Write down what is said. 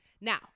now